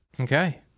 okay